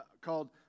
called